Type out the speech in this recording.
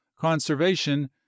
conservation